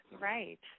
Right